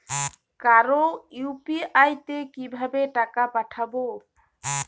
কারো ইউ.পি.আই তে কিভাবে টাকা পাঠাবো?